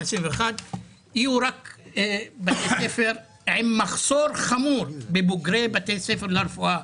יהיו רק בתי ספר עם מחסור חמור בבוגרי בתי ספר לרפואה.